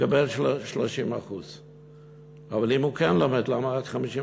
תקבל 30%. אבל אם הוא כן לומד, למה רק 55%?